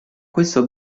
questo